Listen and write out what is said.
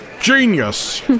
Genius